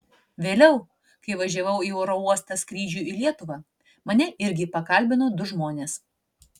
vėliau kai važiavau į oro uostą skrydžiui į lietuvą mane irgi pakalbino du žmonės